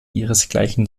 ihresgleichen